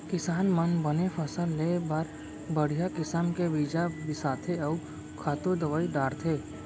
किसान मन बने फसल लेय बर बड़िहा किसम के बीजा बिसाथें अउ खातू दवई डारथें